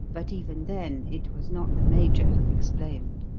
but even then, it was not the major who explained.